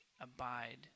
abide